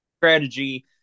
strategy